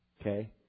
okay